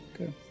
Okay